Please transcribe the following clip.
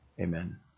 Amen